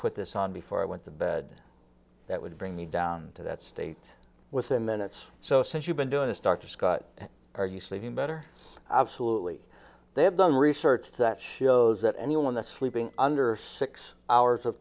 put this on before i went to bed that would bring me down to that state within minutes so since you've been doing this dr scott are you sleeping better absolutely they have done research that shows that anyone that's sleeping under six hours of